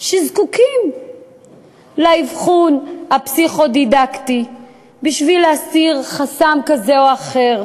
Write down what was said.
שזקוקים לאבחון הפסיכו-דידקטי בשביל להסיר חסם כזה או אחר.